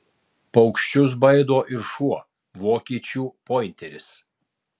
paukščius baido ir šuo vokiečių pointeris